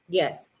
yes